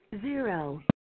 Zero